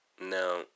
Now